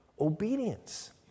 obedience